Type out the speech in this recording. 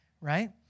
right